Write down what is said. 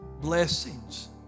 blessings